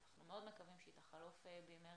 אנחנו מאוד מקווים שהיא תחלוף במהרה,